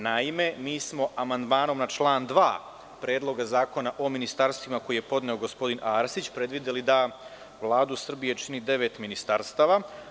Naime, mi smo amandmanom na član 2. Predloga zakona o ministarstvima, koji je podneo gospodin Arsić, predvideli da Vladu Srbije čini devet ministarstava.